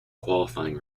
qualifying